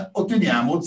otteniamo